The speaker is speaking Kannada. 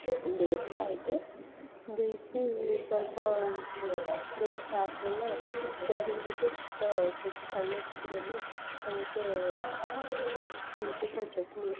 ಬೇಯಿಸ್ತಾ ಇದ್ದೆ ಬೇಯ್ಸಿ ಸ್ವಲ್ಪ ಬೇಯಿಸಿ ಆದ ಮೇಲೆ ತೆಗೆದ್ಬಿಟ್ಟು ತ ಸ್ವಲ್ಪ ತಣ್ಣಗಾದ ಮೇಲೆ ಅದಕ್ಕೆ ಮೆಣ್ಸಿಕಾಯ್ ಚಟ್ನಿ